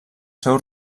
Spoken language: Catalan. seu